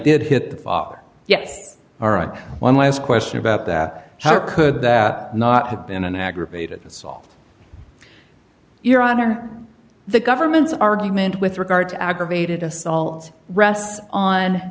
did hit the father yes all right one last question about that how could that not have been an aggravated assault your honor the government's argument with regard to aggravated assault rests on